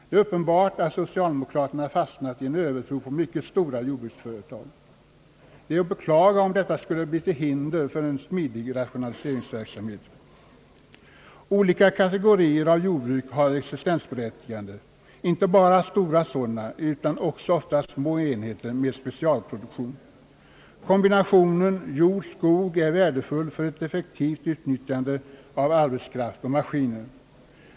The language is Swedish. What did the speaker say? Det är uppenbart att socialdemokrater fastnat i en övertro på mycket stora jordbruksföretag. Det är att beklaga om detta skulle bli till hinder för en smidig rationaliseringsverksamhet. Olika kategorier av jordbruk har existensberättigande, inte bara stora sådana, utan också ofta små enheter med specialproduktion. Kombinationen jord-skog är värdefull för ett effektivt utnyttjande av arbetskraft och maskiner.